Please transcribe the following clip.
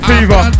Fever